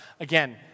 again